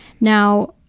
Now